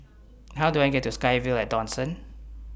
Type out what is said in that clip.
How Do I get to SkyVille At Dawson